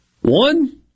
One